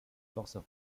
forces